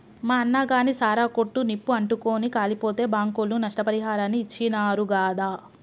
మా అన్నగాని సారా కొట్టు నిప్పు అంటుకుని కాలిపోతే బాంకోళ్లు నష్టపరిహారాన్ని ఇచ్చినారు గాదా